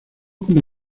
como